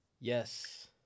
Yes